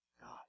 God